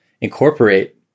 incorporate